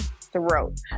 throat